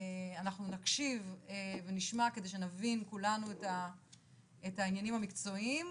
אנחנו נקשיב ונשמע כדי שנבין כולנו את העניינים המקצועיים,